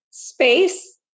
space